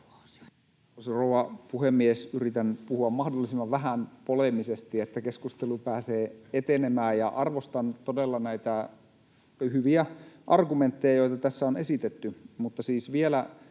Arvoisa rouva puhemies! Yritän puhua mahdollisimman vähän poleemisesti, että keskustelu pääsee etenemään. Arvostan todella näitä hyviä argumentteja, joita tässä on esitetty.